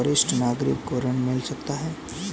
क्या वरिष्ठ नागरिकों को ऋण मिल सकता है?